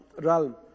realm